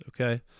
okay